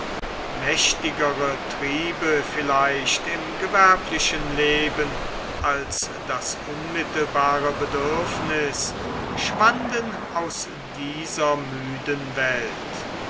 mächtigere triebe vielleicht im gewerblichen leben als das unmittelbare bedürfnis schwanden aus dieser müden welt